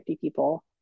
people